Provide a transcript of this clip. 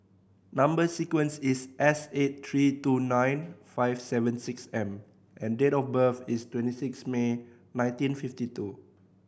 number sequence is S eight three two nine five seven six M and date of birth is twenty six May nineteen fifty two